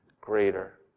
greater